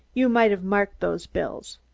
you may have marked those bills.